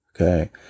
okay